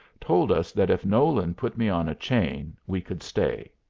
told us that if nolan put me on a chain we could stay.